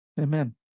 amen